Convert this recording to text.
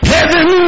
Heaven